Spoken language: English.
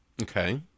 Okay